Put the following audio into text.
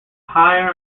higher